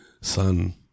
son